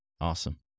Awesome